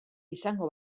izango